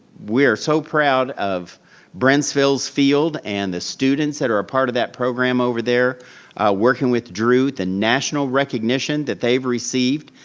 we are so proud of brentsville's field and the students that are a part of that program over there working with drew, the national recognition that they've received.